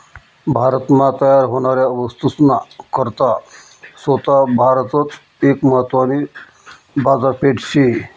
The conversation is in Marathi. भारत मा तयार व्हनाऱ्या वस्तूस ना करता सोता भारतच एक महत्वानी बाजारपेठ शे